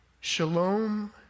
Shalom